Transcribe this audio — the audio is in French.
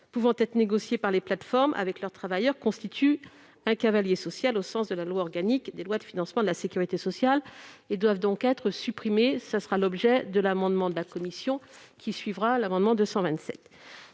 pouvant être négociées par les plateformes avec leurs travailleurs constituent un cavalier social au sens de la loi organique relative aux lois de financement de la sécurité sociale. Elles doivent donc être supprimées ; ce sera l'objet de l'amendement n° 227 de la commission que nous examinerons